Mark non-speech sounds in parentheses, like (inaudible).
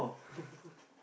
(laughs)